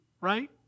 right